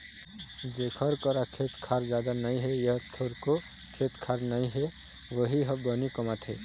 जेखर करा खेत खार जादा नइ हे य थोरको खेत खार नइ हे वोही ह बनी कमाथे